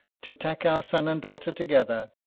to tack our son and daughter together,